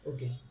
Okay